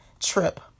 trip